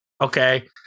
Okay